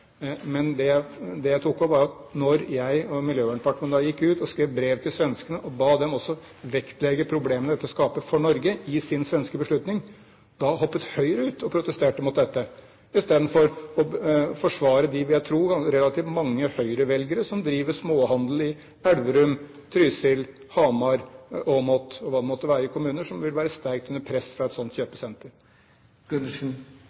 Men det jeg tok opp, var at da jeg og Miljøverndepartementet gikk ut og skrev brev til svenskene og ba dem også vektlegge problemene dette skaper for Norge med sin svenske beslutning, hoppet Høyre ut og protesterte mot dette, istedenfor å forsvare de – vil jeg tro – relativt mange Høyre-velgere som driver småhandel i Elverum, Trysil, Hamar, Åmot og hvilken kommune det måtte være, og som vil være under sterkt press fra et sånt